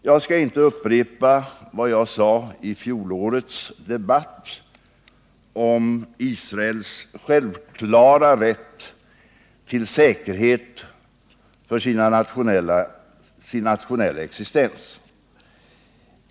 Jag skall inte upprepa vad jag sade i fjolårets debatt om Israels självklara rätt till säkerhet för sin nationella existens.